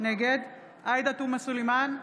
נגד עאידה תומא סלימאן,